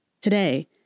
Today